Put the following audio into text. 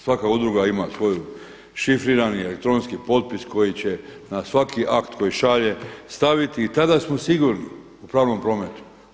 Svaka udruga imamo svoj šifrirani elektronski potpis koji će na svaki akt koji šalje staviti i tada smo sigurni u pravnom prometu.